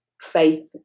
faith